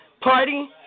party